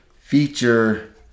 feature